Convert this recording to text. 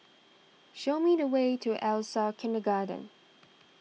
show me the way to Elsa Kindergarten